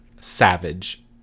savage